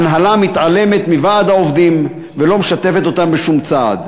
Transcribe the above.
ההנהלה מתעלמת מוועד העובדים ולא משתפת אותם בשום צעד.